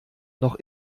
noch